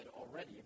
already